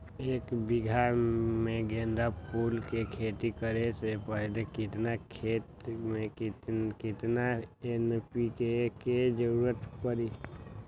एक बीघा में गेंदा फूल के खेती करे से पहले केतना खेत में केतना एन.पी.के के जरूरत परी?